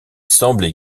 semblait